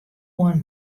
oan